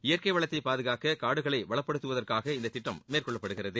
இயற்கை வளத்தை பாதுகாக்க காடுகளை வளப்படுத்துவதற்காக இந்த திட்டம் மேற்கொள்ளப்படுகிறது